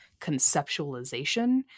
conceptualization